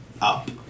up